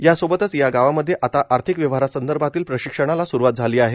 यासोबतच या गावांमध्ये आता आर्थिक व्यवहारासंदर्भातील प्रशिक्षणाला स्रुवात झाली आहे